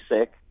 sick